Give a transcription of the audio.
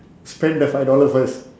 spend the five dollar first